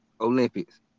Olympics